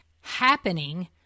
happening